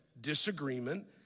disagreement